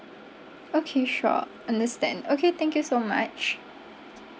okay sure understand okay thank you so much